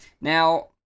Now